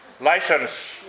license